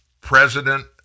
President